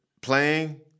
playing